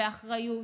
באחריות,